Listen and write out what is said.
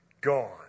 Gone